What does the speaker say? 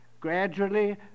gradually